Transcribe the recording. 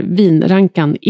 vinrankan